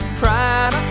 pride